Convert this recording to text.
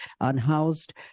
Unhoused